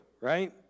right